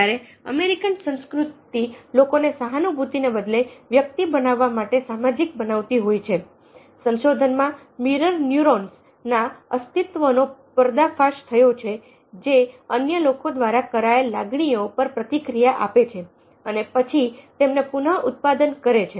જ્યારે અમેરિકન સંસ્કૃતિ લોકોને સહાનુભૂતિને બદલે વ્યક્તિ બનવા માટે સામાજિક બનાવતી હોય છે સંશોધન માં "મિરર ન્યુરોન્સ" ના અસ્તિત્વનો પર્દાફાશ થયો છે જે અન્ય લોકો દ્વારા કરાયેલ લાગણીઓ પર પ્રતિક્રિયા આપે છે અને પછી તેમને પુનઃ ઉત્પાદન કરે છે